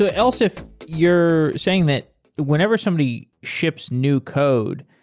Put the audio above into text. ah else if, you're saying that whenever somebody ships new code,